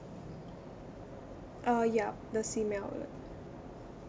uh ya the simei outlet